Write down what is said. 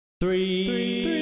Three